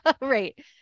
Right